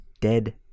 dead